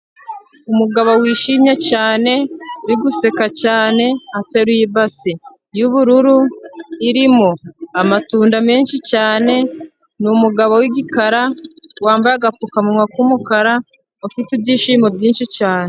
Umugabo wishimye cyane, uri guseka cyane, ateruye yubururu, irimo amatunda menshi cyane, ni umugabo wigikara, wambaye agapfukamuwa k'umukara, ufite ibyishimo byinshi cyane.